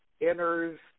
enters